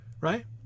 Right